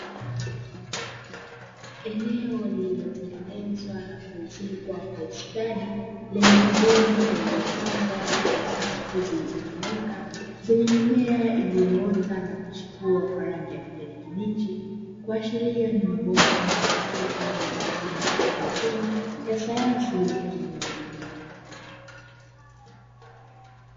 Eneo lililotengenezwa na kuezekwa kwa stadi lenye mabomba yaliyopangwa katika safu zilizonyooka zenye mimea iliyoota na kuchipua kwa rangi ya kijani kibichi, kuashiria ni mabomba ya tumikayo kwa ajili ya kilimo cha haidroponi ya sayansi bila kutumia udongo.